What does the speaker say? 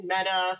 Meta